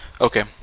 Okay